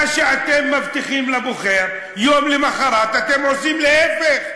מה שאתם מבטיחים לבוחר, יום למחרת אתם עושים להפך.